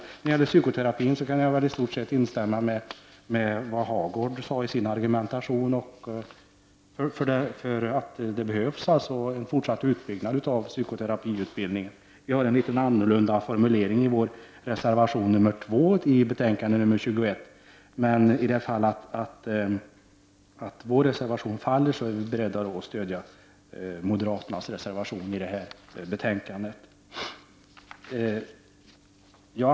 När det gäller psykoterapi instämmer jag i stort sett med vad Birger Hagård sade i sin argumentation. Det behövs en fortsatt utbyggnad av psykoterapiutbildningen. Vi har en litet annorlunda formulering i vpk:s reservation 2 i betänkande 21. Men i det fall att vår reservation faller är vi beredda att stödja moderaternas reservation till betänkandet. Fru talman!